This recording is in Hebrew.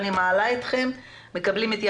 אתן לכם רשות דיבור,